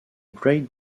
great